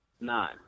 Nine